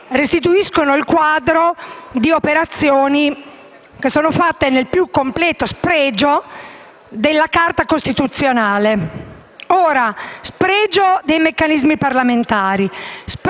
restituiscono il quadro di operazioni fatte nel più completo spregio della Carta costituzionale. Spregio dei meccanismi parlamentari,